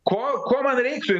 ko ko man reiktų